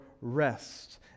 rest